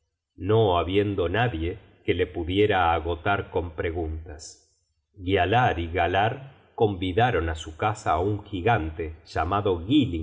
no habiendo nadie que le pudiera agotar con preguntas gialar y galar convidaron á su casa á un gigante llamado